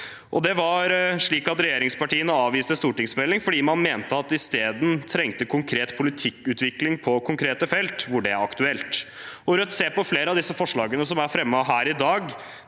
Det var slik at regjeringspartiene avviste stortingsmeldingen fordi man mente at vi i stedet trengte konkret politikkutvikling på konkrete felt hvor det er aktuelt. Rødt ser på flere av disse forslagene som er fremmet her i dag,